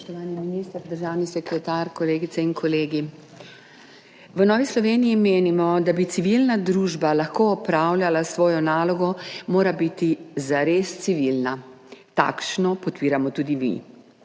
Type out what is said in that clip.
V Novi Sloveniji menimo, da bi civilna družba lahko opravljala svojo nalogo mora biti zares civilna. Takšno podpiramo tudi mi.